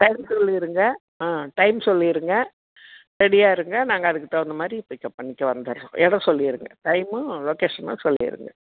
time சொல்லிருங்க ஆ time சொல்லிருங்க ரெடியாக இருங்கள் நாங்கள் அதுக்கு தகுந்த மாதிரி பிக்கப் பண்ணிக்க வந்துடுறோம் இடம் சொல்லிருங்க டைமும் லொக்கேஷனும் சொல்லிடுங்க